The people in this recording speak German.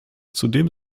zudem